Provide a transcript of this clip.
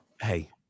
hey